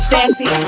Sassy